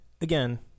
again